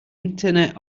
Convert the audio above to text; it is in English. internet